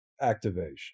activation